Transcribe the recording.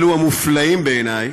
אלו המופלאים, בעיני,